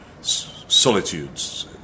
solitudes